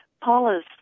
Paula's